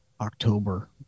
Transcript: October